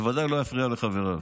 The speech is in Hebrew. ובוודאי לא יפריע לחבריו.